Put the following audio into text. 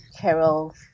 Carol